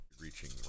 Reaching